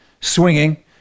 swinging